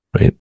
right